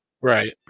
Right